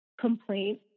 complaint